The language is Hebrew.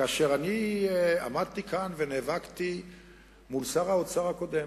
כאשר אני עמדתי כאן ונאבקתי מול שר האוצר הקודם,